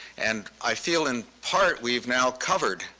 and i feel, in part, we've now covered